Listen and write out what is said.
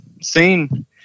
seen